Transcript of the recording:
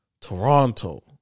Toronto